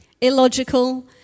illogical